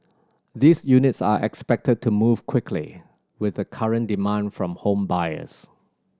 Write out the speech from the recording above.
these units are expected to move quickly with the current demand from home buyers